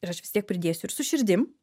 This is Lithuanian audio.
ir aš vis tiek pridėsiu ir su širdim